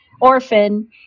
orphan